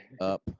Up